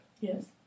Yes